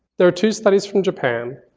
there are two studies from japan.